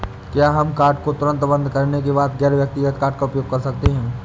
क्या हम कार्ड को तुरंत बंद करने के बाद गैर व्यक्तिगत कार्ड का उपयोग कर सकते हैं?